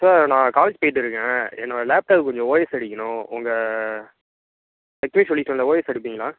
sir நான் college போயிட்டு இருக்கேன் என்னோடய லேப்டாப் கொஞ்சம் ஓஎஸ் அடிக்கணும் உங்கள் லெக்ஷ்மி சொல்யூசன்ஸில் ஓஎஸ் அடிப்பிங்களா